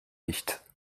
nicht